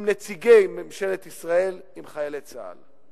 בנציגי ממשלת ישראל, בחיילי צה"ל.